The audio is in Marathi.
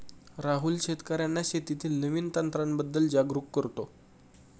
राहुल शेतकर्यांना शेतीतील नवीन तंत्रांबद्दल जागरूक करतो